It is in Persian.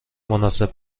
مناسب